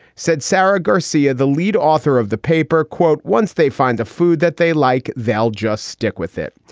said sara garcia, the lead author of the paper. quote, once they find the food that they like, they'll just stick with it.